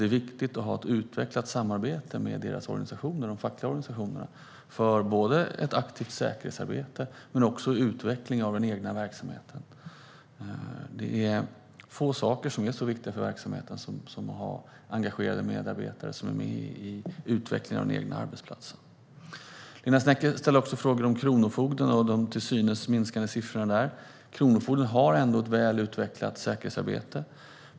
Det är viktigt att ha ett utvecklat samarbete med de fackliga organisationerna, inte bara för ett aktivt säkerhetsarbete utan även för utveckling av den egna verksamheten. Det är få saker som är så viktiga för verksamheten som att ha engagerade medarbetare som är med i utvecklingen av den egna arbetsplatsen. Linda Snecker ställer också frågor om kronofogden och de till synes minskande siffrorna där. Kronofogden har ändå ett väl utvecklat säkerhetsarbete.